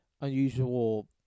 unusual